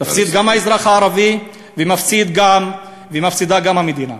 מפסיד האזרח הערבי, ומפסידה גם המדינה.